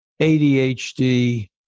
ADHD